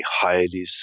highly